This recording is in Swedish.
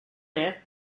det